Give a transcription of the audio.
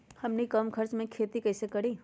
हमनी कम खर्च मे खेती कई से करी?